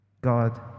God